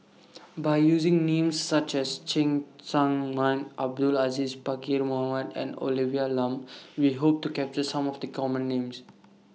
By using Names such as Cheng Tsang Man Abdul Aziz Pakkeer Mohamed and Olivia Lum We Hope to capture Some of The Common Names